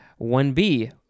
1B